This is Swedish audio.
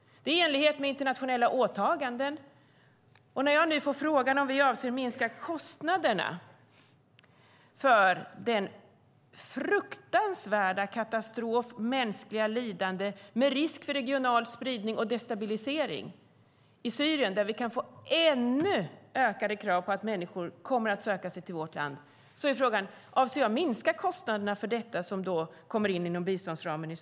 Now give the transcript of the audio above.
Det är i enlighet med internationella åtaganden. Jag får frågan om vi avser att minska kostnaderna, det som kommer in i biståndsramen, vad gäller den fruktansvärda katastrof och det mänskliga lidande som finns i Syrien, med risk för regional spridning och destabilisering, och med risk för att vi får ytterligare ökade krav på att människor söker sig till vårt land. Mitt svar är nej.